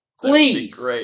Please